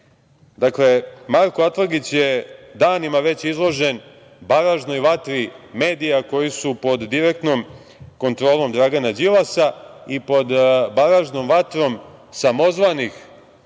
dakle, Marko Atlagić je danima već izložen baražnoj vatri medija koji su pod direktnom kontrolom Dragana Đilasa i pod baražnom vatrom samozvanih